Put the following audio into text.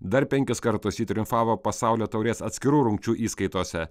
dar penkis kartus ji triumfavo pasaulio taurės atskirų rungčių įskaitose